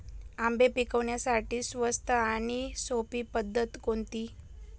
आंबे पिकवण्यासाठी स्वस्त आणि सोपी पद्धत कोणती?